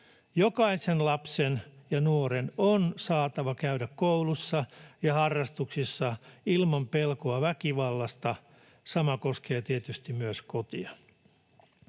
Jokaisen lapsen ja nuoren on saatava käydä koulussa ja harrastuksissa ilman pelkoa väkivallasta. Sama koskee tietysti myös kotia.